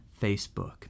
Facebook